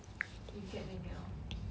if get then get lor